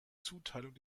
zuteilung